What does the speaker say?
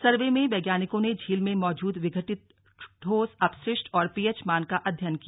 सर्वे में वैज्ञानिकों ने झील में मौजूद विघटित ठोस अपशिष्ट और पीएच मान का अध्ययन किया